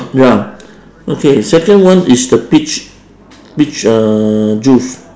ya okay second one is the peach peach uh juice